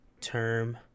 term